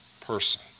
person